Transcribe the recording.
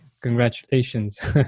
Congratulations